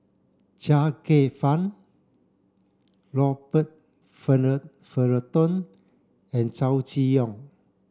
Chia Kwek Fah Robert Fullerton and Chow Chee Yong